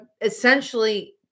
essentially